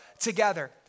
together